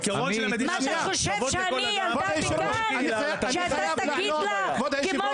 מה אתה חושב שאני ילדה בגן שאתה תגיד לה כמו